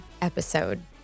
episode